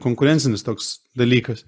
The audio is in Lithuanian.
konkurencinis toks dalykas